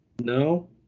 No